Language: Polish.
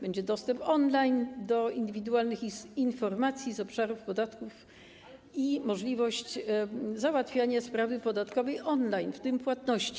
Będzie dostęp on-line do indywidualnych informacji z obszaru podatków i możliwość załatwienia sprawy podatkowej on-line, w tym płatności.